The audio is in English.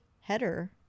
header